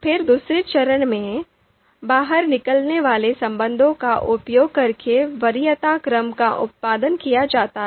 फिर दूसरे चरण में बाहर निकलने वाले संबंधों का उपयोग करके वरीयता क्रम का उत्पादन किया जाता है